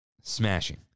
smashing